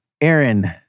Aaron